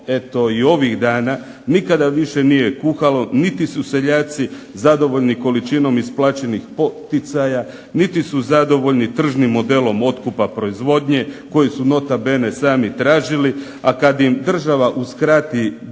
i ovih dana nikada više nije kuhalo niti su seljaci zadovoljni količinom isplaćenih poticaja, niti su zadovoljni tržnim modelom otkupa proizvodnje koji su nota bene tražili. A kad im država uskrati